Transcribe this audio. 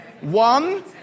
one